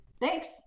Thanks